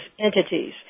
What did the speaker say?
entities